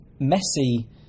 messy